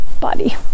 body